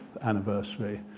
anniversary